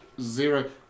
zero